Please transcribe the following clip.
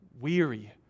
weary